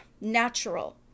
natural